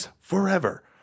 forever